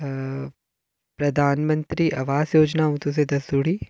अ प्राधनमैंतरी अवास योजना अ'ऊं तुसें ई दस्सी ओड़ी